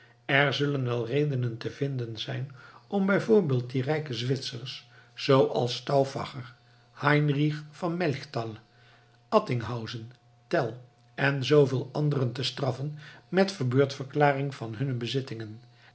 er zullen wel redenen te vinden zijn om bijvoorbeeld die rijke zwitsers zooals stauffacher heinrich van melchtal attinghausen tell en zooveel anderen te straffen met verbeurdverklaring van hunne bezittingen